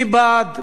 מי בעד ?